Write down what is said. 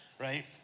Right